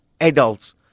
adults